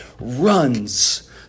runs